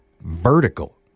vertical